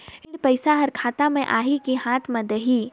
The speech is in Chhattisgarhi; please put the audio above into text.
ऋण पइसा हर खाता मे आही की हाथ मे देही?